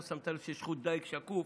לא שמת לב שיש חוט דיג שקוף,